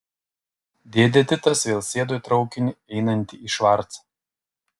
dėdė titas vėl sėdo į traukinį einantį į švarcą